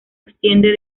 extiende